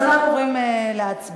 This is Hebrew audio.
אז אנחנו עוברים להצבעה.